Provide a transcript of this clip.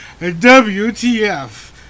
WTF